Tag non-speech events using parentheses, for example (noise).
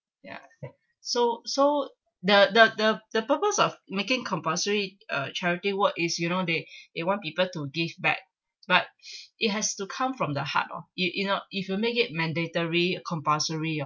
ya so so the the the the purpose of making compulsory uh charity work is you know they they want people to give back but (breath) it has to come from the heart oh you you know if you make it mandatory or compulsory or